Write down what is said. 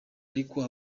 ariko